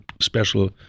special